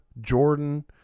Jordan